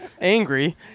Angry